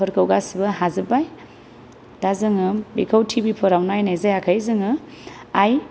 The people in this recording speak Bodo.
फोरखौ गासिखौबो हाजोबबाय दा जोङो बेखौ टि भि फोराव नायनाय जायाखै जोङो आइ